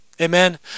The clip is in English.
Amen